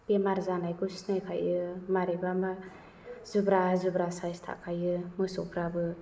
बेमार जानायखौ सिनायखायो मारैबा मा जुब्रा जुब्रा साइस थाखायो मोसौफ्राबो